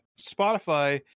Spotify